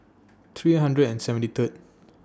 three hundred and seventy Third